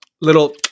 Little